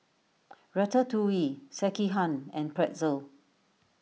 Ratatouille Sekihan and Pretzel